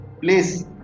please